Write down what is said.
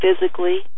physically